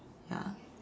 ya